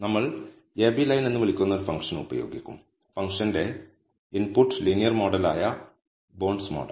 നമ്മൾ ab line എന്ന് വിളിക്കുന്ന ഒരു ഫംഗ്ഷൻ ഉപയോഗിക്കും ഫംഗ്ഷന്റെ ഇൻപുട്ട് ലീനിയർ മോഡലായ ബോണ്ട്സ്മോഡാണ്